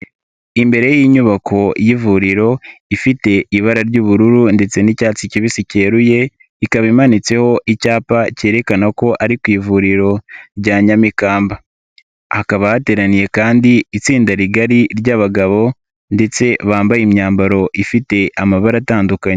Imbere y'inyubako y'ivuriro ifite ibara ry'ubururu ndetse n'icyatsi kibisi cyeruye ikaba imanitseho icyapa cyerekana ko ari ku ivuriro rya Nyamikamba, hakaba hateraniye kandi itsinda rigari ry'abagabo ndetse bambaye imyambaro ifite amabara atandukanye.